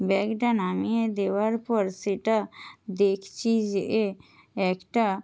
ব্যাগটা নামিয়ে দেওয়ার পর সেটা দেখছি যে একটা